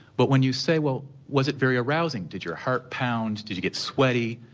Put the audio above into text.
but when you say well was it very arousing, did your heart pound, did you get sweaty,